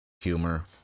humor